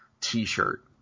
t-shirt